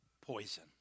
poison